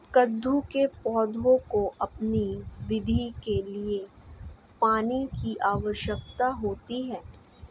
कद्दू के पौधों को अपनी वृद्धि के लिए पानी की आवश्यकता होती है